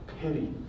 pity